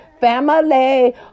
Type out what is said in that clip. family